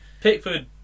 Pickford